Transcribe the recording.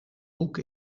boek